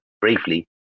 briefly